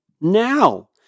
now